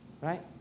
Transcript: Right